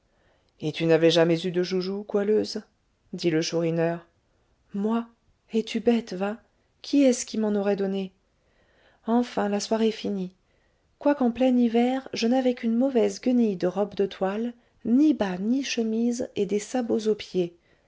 et tu n'avais jamais eu de joujoux goualeuse dit le chourineur moi es-tu bête va qui est-ce qui m'en aurait donné enfin la soirée finit quoiqu'en plein hiver je n'avais qu'une mauvaise guenille de robe de toile ni bas ni chemise et des sabots aux pieds